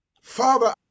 father